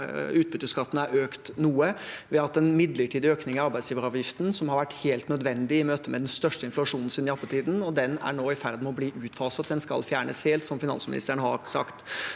Vi har hatt en midlertidig økning i arbeidsgiveravgiften som har vært helt nødvendig i møte med den største inflasjonen siden jappetiden, og den er nå i ferd med å bli utfaset. Den skal fjernes helt, som finansministeren har sagt.